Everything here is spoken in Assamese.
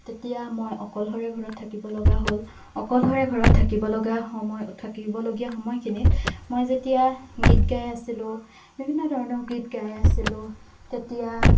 তেতিয়া মই অকলশৰে ঘৰত থাকিবলগা হ'ল অকলশৰে ঘৰত থাকিবলগা সময় থাকিবলগীয়া সময়খিনিত মই যেতিয়া গীত গাই আছিলোঁ বিভিন্ন ধৰণৰ গীত গাই আছিলোঁ তেতিয়া